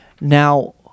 Now